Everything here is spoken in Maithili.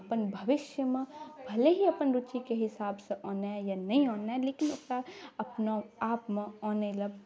अपन भविष्यमे भले ही अपन रुचिके हिसाबसँ आनै या नहि आनै लेकिन ओकरा अपना आपमे आनैलए